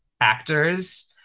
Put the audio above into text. actors